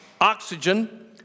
oxygen